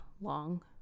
long